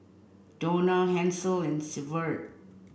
Dawna Hansel and Severt